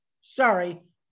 Sorry